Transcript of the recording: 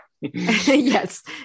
Yes